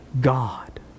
God